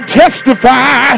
testify